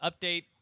update